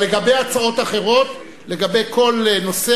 אבל לגבי הצעות אחרות,